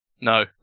No